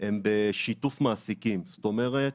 הם בשיתוף מעסיקים, זאת אומרת